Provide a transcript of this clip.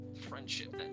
friendship